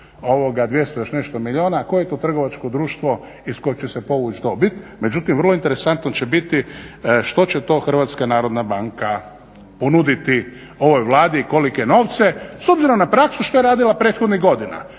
200 i još nešto milijuna, koje je to trgovačko društvo iz kojeg će se povući dobit? Međutim, vrlo interesantno će biti što će to HNB ponuditi ovoj Vladi, kolike novce s obzirom na praksu što je radila prethodnih godina?